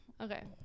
Okay